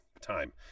time